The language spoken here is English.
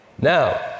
now